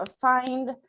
find